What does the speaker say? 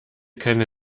keine